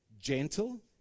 gentle